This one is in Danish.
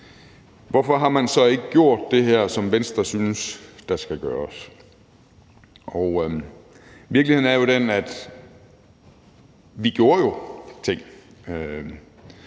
hvorfor har man så ikke gjort det her, som Venstre synes der skal gøres? Virkeligheden er jo den, at vi gjorde noget.